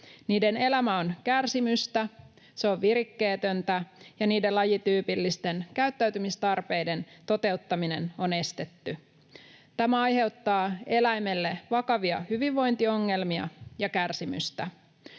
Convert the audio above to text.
Niiden elämä on kärsimystä. Se on virikkeetöntä, ja niiden lajityypillisten käyttäytymistarpeiden toteuttaminen on estetty. Tämä aiheuttaa eläimelle vakavia hyvinvointiongelmia ja kärsimystä.